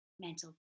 mental